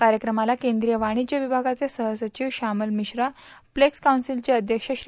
कार्यक्रमाला केंद्रीय वाणिज्य विभागाचे सहसचिव श्यामल मिश्रा स्लेक्स कौन्सिलचे अध्यक्ष श्री